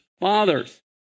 fathers